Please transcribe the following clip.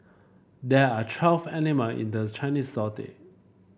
there are twelve animal in the Chinese Zodiac